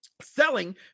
selling